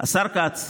השר כץ,